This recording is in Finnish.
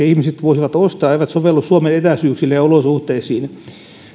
ihmiset ehkä voisivat ostaa eivät sovellu suomen etäisyyksille ja olosuhteisiin